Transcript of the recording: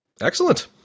Excellent